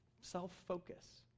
self-focus